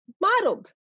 modeled